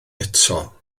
eto